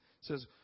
says